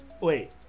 Wait